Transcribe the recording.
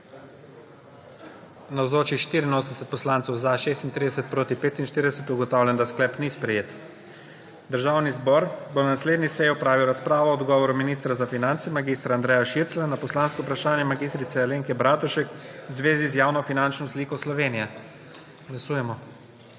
45. (Za je glasovalo 36.) (Proti 45.) Ugotavljam, da sklep ni sprejet. Državni zbor bo na naslednji seji opravil razpravo o odgovoru ministra za finance mag. Andreja Širclja na poslansko vprašanje mag. Alenke Bratušek v zvezi z javnofinančno sliko Slovenije. Glasujemo.